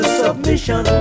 submission